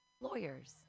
lawyers